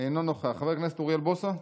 אינו נוכח, חבר הכנסת אוריאל בוסו,